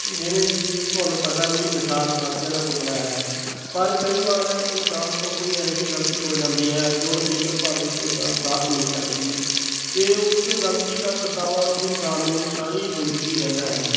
ਜਿਵੇਂ ਕਿ ਤੁਹਾਨੂੰ ਪਤਾ ਵੀ ਇਨਸਾਨ ਗਲਤੀਆਂ ਦਾ ਪੁਤਲਾ ਹੈ ਪਰ ਕਈ ਵਾਰ ਇਨਸਾਨ ਤੋਂ ਕੋਈ ਇਹੋ ਜਿਹੀ ਗਲਤੀ ਹੋ ਜਾਂਦੀ ਹੈ ਜੋ ਜੀਵਨ ਭਰ ਵਿੱਚ ਉਸਦਾ ਸਾਥ ਨਹੀਂ ਛੱਡਦੀ ਅਤੇ ਉਸ ਗਲਤੀ ਦਾ ਪਛਤਾਵਾ ਇਸ ਇਨਸਾਨ ਨੂੰ ਸਾਰੀ ਜ਼ਿੰਦਗੀ ਰਹਿੰਦਾ ਹੈ